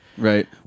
Right